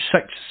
Six